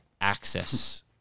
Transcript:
access